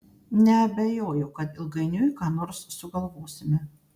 neabejoju kad ilgainiui ką nors sugalvosime